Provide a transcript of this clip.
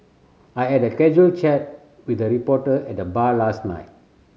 I had a casual chat with a reporter at the bar last night